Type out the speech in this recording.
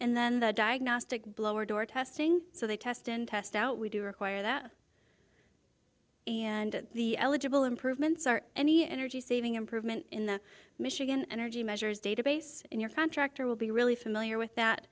and then the diagnostic blower door testing so they test and test out we do require that and the eligible improvements are any energy saving improvement in the michigan energy measures database in your contractor will be really familiar with that